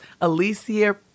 Alicia